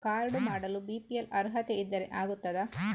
Card ಮಾಡಲು BPL ಅರ್ಹತೆ ಇದ್ದರೆ ಆಗುತ್ತದ?